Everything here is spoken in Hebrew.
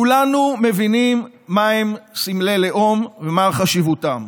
כולנו מבינים מהם סמלי לאום ומה חשיבותם,